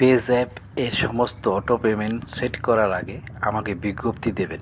PayZapp এর সমস্ত auto payment set করার আগে আমাকে বিজ্ঞপ্তি দেবেন